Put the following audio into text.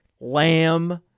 lamb